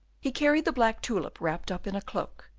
he carried the black tulip wrapped up in a cloak,